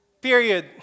Period